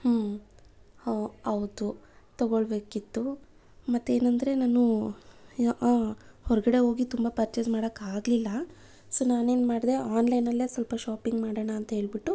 ಹ್ಞೂ ಹಾಂ ಆವತ್ತು ತಗೊಳ್ಳಬೇಕಿತ್ತು ಮತ್ತೆ ಏನೆಂದರೆ ನಾನು ಹೊರಗಡೆ ಹೋಗಿ ತುಂಬ ಪರ್ಚೇಸ್ ಮಾಡೋಕೆ ಆಗಲಿಲ್ಲ ಸೊ ನಾನೇನು ಮಾಡದೇ ಆನ್ಲೈನಲ್ಲೆ ಸ್ವಲ್ಪ ಶಾಪಿಂಗ್ ಮಾಡೋಣ ಅಂತ ಹೇಳಿಬಿಟ್ಟು